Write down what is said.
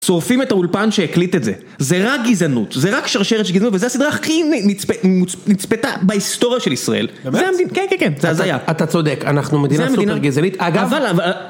שורפים את האולפן שהקליט את זה. זה רק גזענות, זה רק שרשרת של גזענות, וזה הסדרה הכי נצפתה בהיסטוריה של ישראל. -באמת? -כן, כן, כן, זה הזיה. -אתה צודק, אנחנו מדינה סופר גזענית, אגב... -אבל...